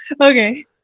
Okay